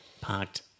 parked